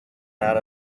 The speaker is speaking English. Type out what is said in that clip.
that